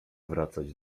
wracać